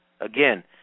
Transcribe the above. Again